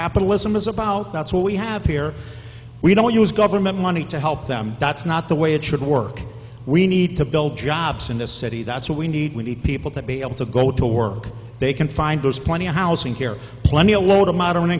capitalism is about that's what we have here we don't use government money to help them that's not the way it should work we need to build jobs in this city that's what we need we need people to be able to go to work they can find those plenty of housing here plenty a lot of moder